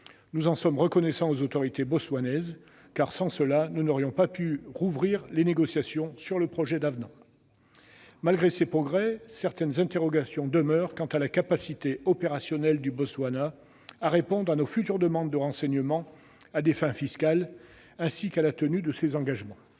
Nous en sommes reconnaissants aux autorités botswanaises, car, sans cela, nous n'aurions pas pu rouvrir les négociations sur le projet d'avenant. Malgré ces progrès, certaines interrogations demeurent quant à la capacité opérationnelle du Botswana à répondre à nos futures demandes de renseignements à des fins fiscales, ainsi qu'à la tenue de ses engagements.